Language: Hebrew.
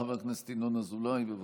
חבר הכנסת ינון אזולאי, בבקשה.